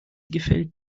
gefällt